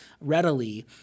readily